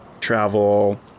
travel